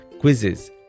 quizzes